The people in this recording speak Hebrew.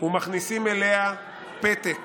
ומכניסים אליה פתק